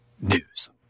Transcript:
news